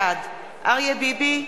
בעד אריה ביבי,